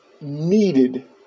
needed